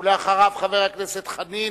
אחריו, חבר הכנסת חנין,